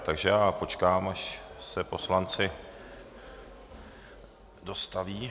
Takže počkám, až se poslanci dostaví.